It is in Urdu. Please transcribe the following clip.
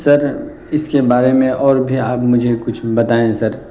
سر اس کے بارے میں اور بھی آپ مجھے کچھ بتائیں سر